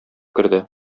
керде